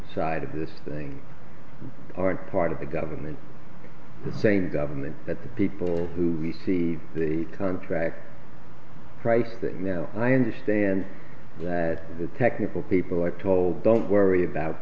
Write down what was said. side of this thing aren't part of the government the same government that the people who read the contract price that now and i understand that the technical people are told don't worry about